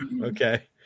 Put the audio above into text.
Okay